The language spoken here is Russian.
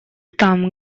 там